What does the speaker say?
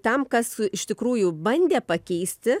tam kas iš tikrųjų bandė pakeisti